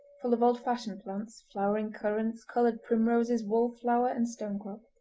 full of old-fashioned plants, flowering currants, coloured primroses, wallflower, and stonecrop.